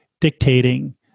dictating